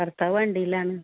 ഭർത്താവ് വണ്ടിയിലാണ്